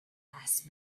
asked